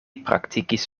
praktikis